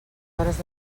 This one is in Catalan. hores